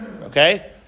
Okay